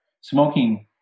Smoking